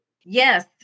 Yes